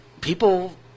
people –